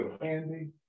Andy